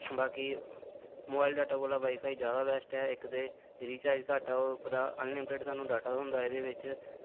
बाकी mobile data कोला wifi जैदा बेस्ट ऐ इक ते रीचार्ज घट्ट ऐ होर उप्परा अनलिमटिड असेंगी डाटा थ्होंदा एह्दे बिच्च